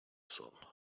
сон